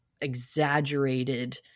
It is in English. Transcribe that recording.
exaggerated